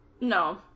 No